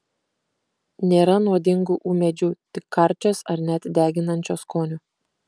nėra nuodingų ūmėdžių tik karčios ar net deginančio skonio